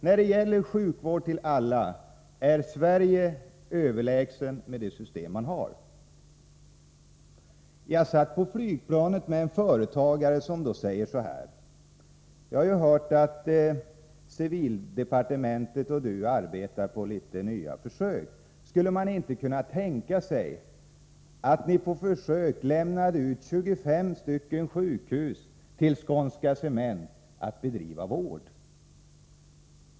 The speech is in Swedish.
När det gäller sjukvård till alla är det svenska systemet överlägset. En gång när jag var ute och flög satt jag bredvid en företagare. Denne sade följande: Jag har hört att civildepartementet och civilministern arbetar på några nya försök. Skulle man inte kunna tänka sig att på försök överlåta 25 sjukhus till Skånska Cement för bedrivande av vård?